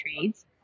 trades